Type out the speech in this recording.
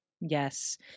Yes